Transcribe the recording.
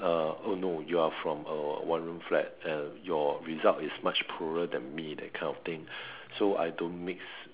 uh oh no you are from a one room flat and your result is much poorer than me that kind of thing so I don't mix